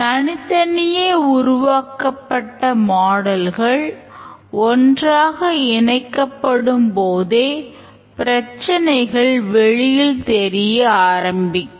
தனித்தனியே உருவாக்கப்பட்ட மாடல்கள் ஒன்றாக இணைக்கப்படும்போதே பிரச்சனைகள் வெளியில் தெரிய ஆரம்பிக்கும்